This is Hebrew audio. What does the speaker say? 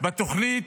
אומר בתוכנית